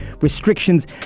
restrictions